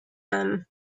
them